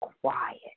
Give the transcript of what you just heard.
quiet